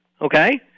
okay